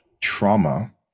trauma